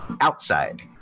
outside